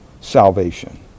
salvation